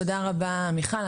תודה רבה מיכל.